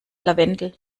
lavendel